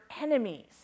enemies